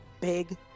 big